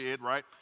right